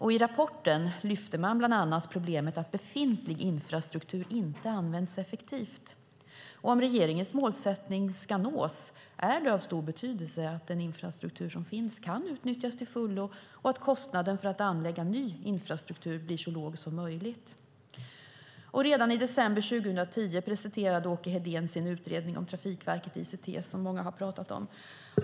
I rapporten lyfte man bland annat upp problemet att befintlig infrastruktur inte används effektivt. Om regeringens målsättning ska nås är det av stor betydelse att den infrastruktur som finns kan utnyttjas till fullo och att kostnaden för att anlägga ny infrastruktur blir så låg som möjligt. Redan i december 2010 presenterade Åke Hedén sin utredning om Trafikverket ICT, som många har pratat om.